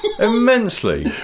Immensely